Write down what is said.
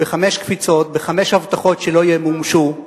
בחמש קפיצות, בחמש הבטחות שלא ימומשו,